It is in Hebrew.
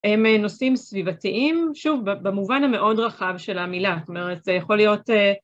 ‫הם נושאים סביבתיים, ‫שוב, במובן המאוד רחב של המילה. ‫זאת אומרת, זה יכול להיות...